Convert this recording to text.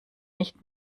nicht